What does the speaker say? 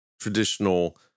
traditional